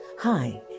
Hi